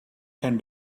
can